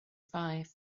five